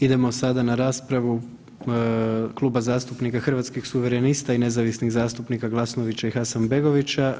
Idemo sada na raspravu Kluba zastupnika Hrvatskih suverenista i nezavisnih zastupnika Glasnovića i Hasanbegovića.